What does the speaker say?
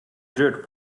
dirt